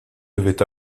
devaient